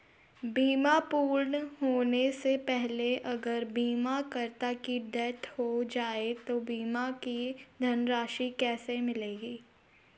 बीमा पूर्ण होने से पहले अगर बीमा करता की डेथ हो जाए तो बीमा की धनराशि किसे मिलेगी?